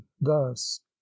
thus